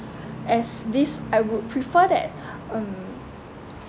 as this I would prefer that mm